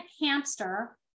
hamster